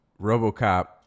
RoboCop